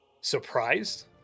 surprised